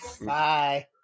bye